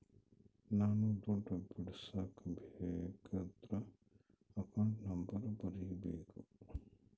ನಾವ್ ದುಡ್ಡು ಬಿಡ್ಸ್ಕೊಬೇಕದ್ರ ಅಕೌಂಟ್ ನಂಬರ್ ಬರೀಬೇಕು